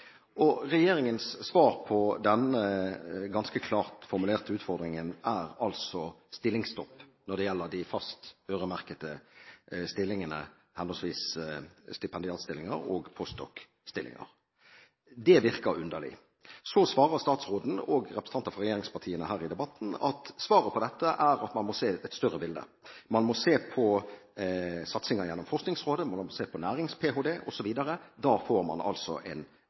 Regjeringens svar på denne ganske klart formulerte utfordringen er altså stillingsstopp når det gjelder de faste, øremerkede stillingene, henholdsvis stipendiatstillinger og postdokstillinger. Det virker underlig. Så svarer statsråden og representanter fra regjeringspartiene her i debatten at man må se det større bildet. Man må se på satsingen gjennom Forskningsrådet, man må se på nærings-ph.d., osv. Da får man en vekst. Det er for så vidt helt riktig, men det er samtidig en